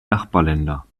nachbarländer